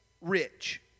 rich